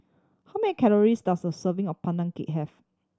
how many calories does a serving of Pandan Cake have